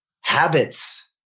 Habits